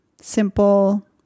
simple